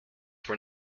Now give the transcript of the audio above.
were